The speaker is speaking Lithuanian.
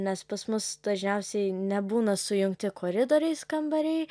nes pas mus dažniausiai nebūna sujungti koridoriais kambariai